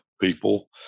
people